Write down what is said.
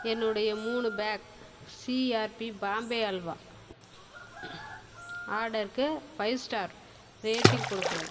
என்னுடைய மூணு pack CRP Bombay halwa ஆர்டருக்கு ஃபைவ் ஸ்டார் ரேட்டிங் கொடுக்கவும்